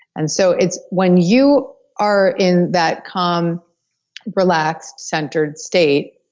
and so it's when you are in that calm relaxed, centered state,